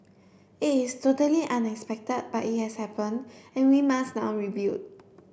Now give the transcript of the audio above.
it is totally unexpected but it has happened and we must now rebuild